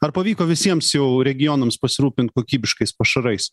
ar pavyko visiems jau regionams pasirūpint kokybiškais pašarais